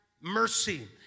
mercy